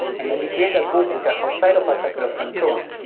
and when we created our goals which are outside of our circle of control,